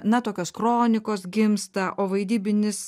na tokios kronikos gimsta o vaidybinis